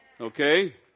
Okay